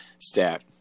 stat